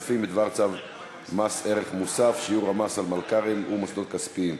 בצו מס ערך מוסף (שיעור המס על מלכ"רים ומוסדות כספיים)